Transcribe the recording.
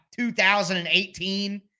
2018